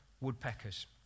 woodpeckers